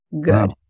good